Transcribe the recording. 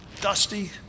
Dusty